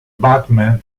batman